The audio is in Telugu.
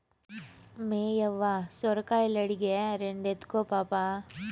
మేయవ్వ సొరకాయలడిగే, రెండెత్తుకో పాపా